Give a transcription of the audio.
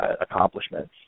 accomplishments